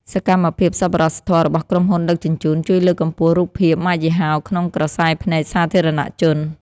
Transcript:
សកម្មភាពសប្បុរសធម៌របស់ក្រុមហ៊ុនដឹកជញ្ជូនជួយលើកកម្ពស់រូបភាពម៉ាកយីហោក្នុងក្រសែភ្នែកសាធារណជន។